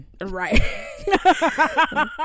Right